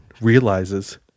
realizes